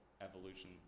evolution